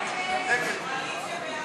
להצביע.